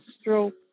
stroke